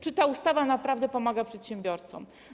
Czy ta ustawa naprawdę pomaga przedsiębiorcom?